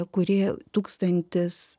kuri tūkstantis